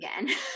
again